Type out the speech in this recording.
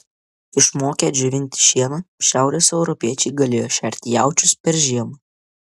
išmokę džiovinti šieną šiaurės europiečiai galėjo šerti jaučius per žiemą